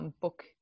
book